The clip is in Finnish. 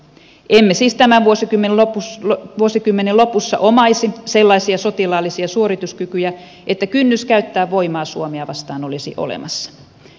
emme siis tämän vuosikymmenen lopussa omaisi sellaisia sotilaallisia suorituskykyjä että kynnys käyttää voimaa suomea vastaan olisi olemassa